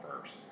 first